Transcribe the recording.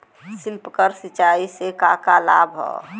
Sprinkler सिंचाई से का का लाभ ह?